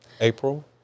April